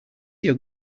your